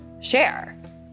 share